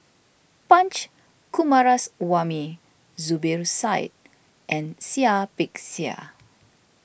Punch Coomaraswamy Zubir Said and Seah Peck Seah